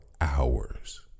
hours